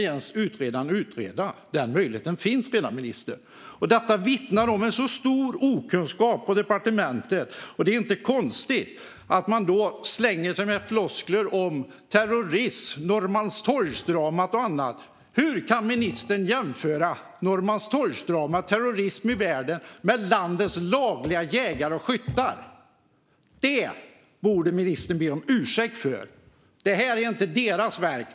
Detta behöver utredaren inte ens utreda. Detta vittnar om en mycket stor okunskap på departementet. Då är det inte konstigt att man slänger sig med floskler om terrorism, Norrmalmstorgsdramat och annat. Hur kan ministern jämföra Norrmalmstorgsdramat och terrorism i världen med landets lagliga jägare och skyttar? Det borde ministern be om ursäkt för. Det här är inte deras verk.